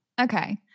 Okay